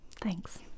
thanks